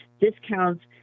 discounts